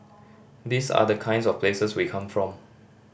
these are the kinds of places we come from